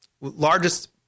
largest